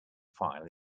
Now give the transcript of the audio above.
file